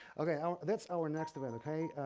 okay. that's our next event, okay?